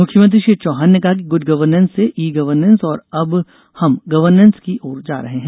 मुख्यमंत्री श्री चौहान ने कहा कि गुड गवर्नेन्स से ई गवर्नेन्स और अब हम एम गवर्नेन्स की ओर जा रहे हैं